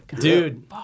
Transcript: Dude